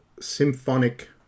symphonic